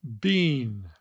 bean